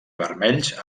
vermells